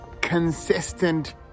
consistent